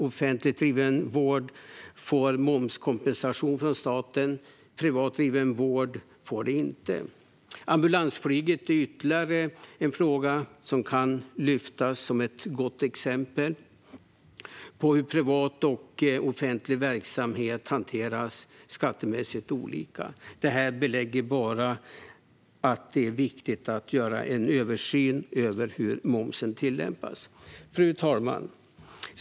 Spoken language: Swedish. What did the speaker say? Offentligt driven vård får momskompensation från staten. Privat driven vård får det inte. Ytterligare ett bra exempel som kan lyftas fram på hur privat och offentlig verksamhet hanteras skattemässigt olika är ambulansflyget. Det belägger att det är viktigt att göra en översyn av hur momsen tillämpas. Fru talman!